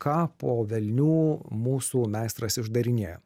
ką po velnių mūsų meistras išdarinėja